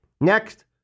Next